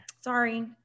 sorry